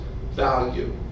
value